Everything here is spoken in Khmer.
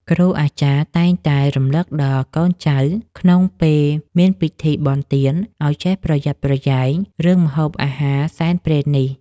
គ្រូអាចារ្យតែងតែរំលឹកដល់កូនចៅក្នុងពេលមានពិធីបុណ្យទានឱ្យចេះប្រយ័ត្នប្រយែងរឿងម្ហូបអាហារសែនព្រេននេះ។